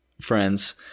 friends